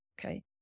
Okay